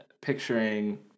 picturing